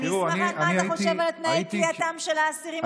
אני אשמח לדעת מה אתה חושב על תנאי כליאתם של האסירים הביטחוניים.